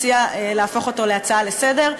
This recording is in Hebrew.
הציעה להפוך אותו להצעה לסדר-היום.